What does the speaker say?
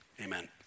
amen